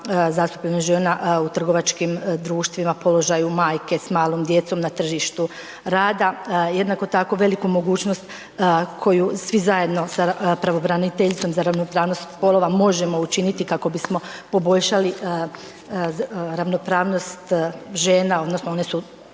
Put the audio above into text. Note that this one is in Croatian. zastupljenost žena u trgovačkim društvima, položaju majke s malom djecom na tržištu rada. Jednako tako veliku mogućnost koju svi zajedno sada pravobraniteljstvom za ravnopravnost spolova možemo učiniti kako bismo poboljšali ravnopravnost žena odnosno one su